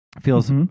feels